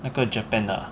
那个 japan 的 ah